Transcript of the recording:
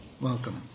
Welcome